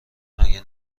مگه